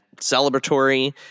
celebratory